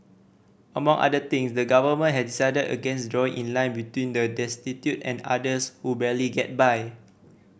among other things the Government has decided against drawing line between the destitute and others who barely get by